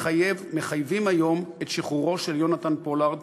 מחייבים היום את שחרורו של יונתן פולארד.